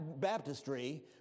baptistry